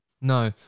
no